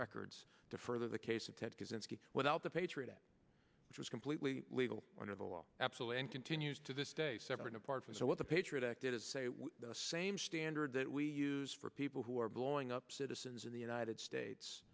records to further the case of ted kaczynski without the patriot act which was completely legal under the law absolutely and continues to this day seven apart from what the patriot act is saying the same standard that we use for people who are blowing up citizens in the united states